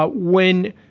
but when.